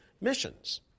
missions